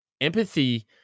Empathy